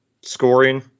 scoring